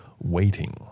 waiting